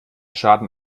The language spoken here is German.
schaden